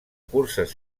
curses